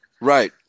right